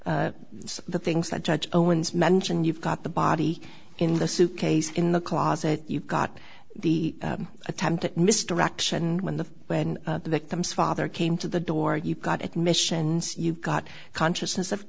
the things that judge owens mentioned you've got the body in the suitcase in the closet you've got the attempt at misdirection and when the when the victim's father came to the door you got admissions you've got consciousness of